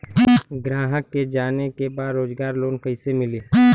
ग्राहक के जाने के बा रोजगार लोन कईसे मिली?